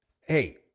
Hey